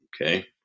Okay